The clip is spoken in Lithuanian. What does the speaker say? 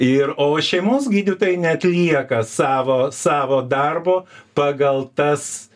ir o šeimos gydytojai neatlieka savo savo darbo pagal tas